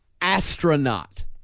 Astronaut